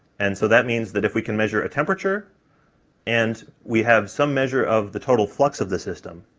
and so that means that if we can measure a temperature and we have some measure of the total flux of the system,